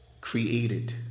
created